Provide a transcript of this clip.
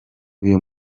uyu